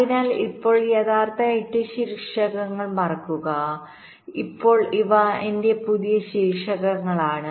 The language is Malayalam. അതിനാൽ ഇപ്പോൾ യഥാർത്ഥ 8 ശീർഷകങ്ങൾ മറക്കുക ഇപ്പോൾ ഇവ എന്റെ പുതിയ ശീർഷകങ്ങളാണ്